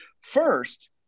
First